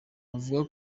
avuga